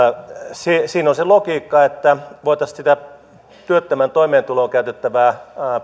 siinä on se logiikka että voitaisiin sitä työttömän toimeentuloon käytettävää